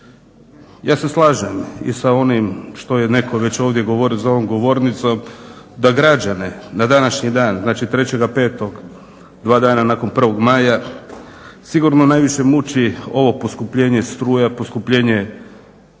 Ja se slažem i sa onim što je netko već ovdje govorio za ovom govornicom da građane na današnji dan, znači 3.5., dva dana nakon 1. maja sigurno najviše muči ovo poskupljenje struje, poskupljenje